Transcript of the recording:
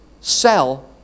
sell